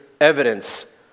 evidence